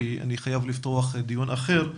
כי אני חייב לפתוח דיון אחר,